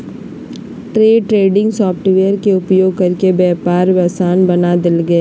day trading software के उपयोग करके व्यापार आसान बना देल गेलय